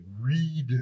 read